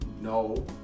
no